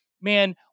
man